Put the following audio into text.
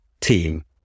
Team